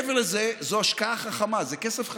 מעבר לזה, זו השקעה חכמה, זה כסף חכם.